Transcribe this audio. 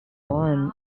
born